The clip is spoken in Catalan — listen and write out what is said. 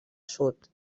sud